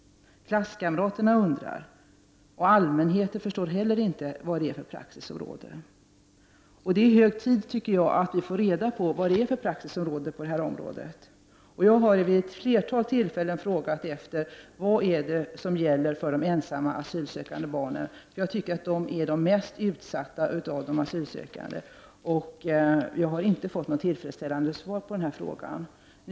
Klasskamraterna undrar, och allmänheten förstår inte heller vilken praxis som gäller. Jag tycker det är hög tid att vi får reda på vilken praxis som råder på detta område. Jag har vid ett flertal tillfällen efterfrågat vad som gäller för de ensamma asylsökande barnen. Jag tycker att de är de mest utsatta bland de asylsökande. Något tillfredsställande svar på den frågan har jag dock inte fått.